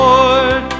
Lord